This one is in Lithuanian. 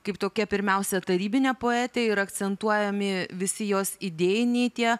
kaip tokia pirmiausia tarybinė poetė ir akcentuojami visi jos idėjiniai tie